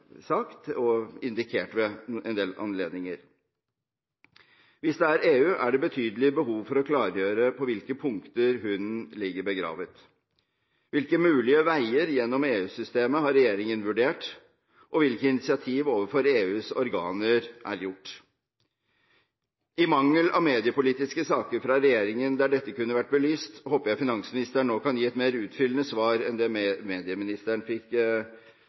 indikert ved en del anledninger. Hvis det er EU-reglene, er det et betydelig behov for å klargjøre hvor hunden ligger begravet. Hvilke mulige veier gjennom EU-systemet har regjeringen vurdert, og hvilke initiativ er tatt overfor EUs organer? I mangel av mediepolitiske saker fra regjeringen der dette kunne vært belyst, håper jeg finansministeren nå kan gi et mer utfyllende svar enn det medieministeren fikk